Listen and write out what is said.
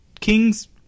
king's